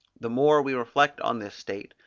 the more we reflect on this state,